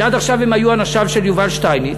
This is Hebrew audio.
שעד עכשיו הם היו אנשיו של יובל שטייניץ.